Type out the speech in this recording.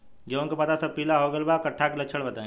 गेहूं के पता सब पीला हो गइल बा कट्ठा के लक्षण बा?